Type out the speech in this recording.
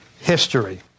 history